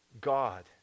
God